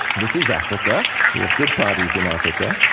this is africa we have good parties in africa.